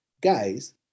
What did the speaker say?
guys